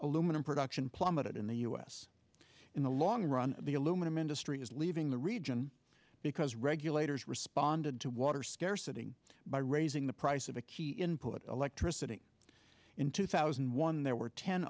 aluminum production plummeted in the u s in the long run the aluminum industry is leaving the region because regulators responded to water scarcity by raising the price of a key input electricity in two thousand and one there were ten